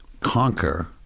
conquer